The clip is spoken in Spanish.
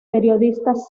periodistas